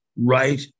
right